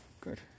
Good